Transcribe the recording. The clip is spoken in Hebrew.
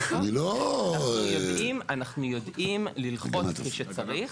אנחנו יודעים ללחוץ כשצריך,